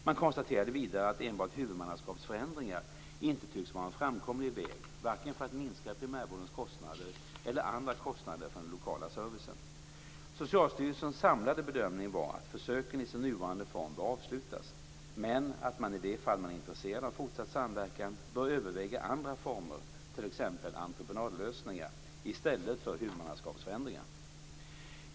Man konstaterade vidare att enbart huvudmannaskapsförändringar inte tycks vara en framkomlig väg vare sig för att minska primärvårdens kostnader eller andra kostnader för den lokala servicen. Socialstyrelsens samlade bedömning var att försöken i sin nuvarande form bör avslutas, men att man i de fall man är intresserad av fortsatt samverkan bör överväga andra former, t.ex. entreprenadlösningar, i stället för huvudmannaskapsförändringar.